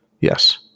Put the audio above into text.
Yes